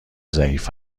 ضعیف